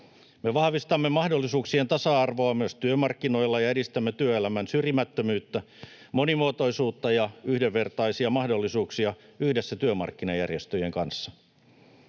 Me vahvistamme mahdollisuuksien tasa-arvoa myös työmarkkinoilla ja edistämme työelämän syrjimättömyyttä, monimuotoisuutta ja yhdenvertaisia mahdollisuuksia yhdessä työmarkkinajärjestöjen kanssa.